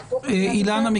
אילנה,